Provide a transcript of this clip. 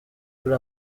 kuri